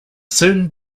soon